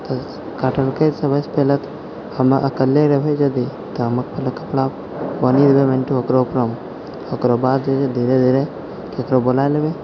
तऽ काटलकै सबसँ पहिले तऽ हमे अकेले रहबै यदि तऽ हम कपड़ा बान्हिके वहीँ ठू ओकरऽमे एकदम ओकर बाद जे छै धीरे धीरे ककरो बुला लेबै